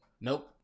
Nope